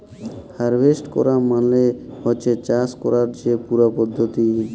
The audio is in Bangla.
হারভেস্ট ক্যরা মালে হছে চাষ ক্যরার যে পুরা পদ্ধতি